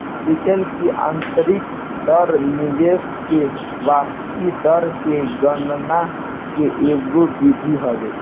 return की आतंरिक दर निवेश की वापसी दर की गणना के एगो विधि हवे